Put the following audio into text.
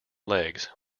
legs